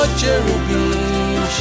cherubim